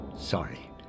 sorry